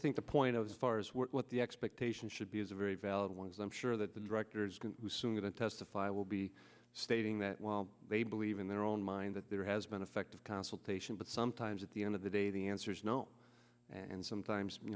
think the point of far as what the expectation should be is a very valid one is i'm sure that the directors can soon testify will be stating that while they believe in their own mind that there has been effective consultation but sometimes at the end of the day the answer is no and sometimes